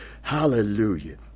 Hallelujah